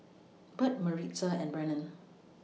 Burt Maritza and Brennen